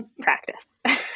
practice